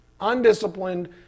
Undisciplined